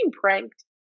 pranked